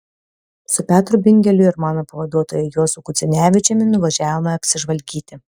su petru bingeliu ir mano pavaduotoju juozu gudzinevičiumi nuvažiavome apsižvalgyti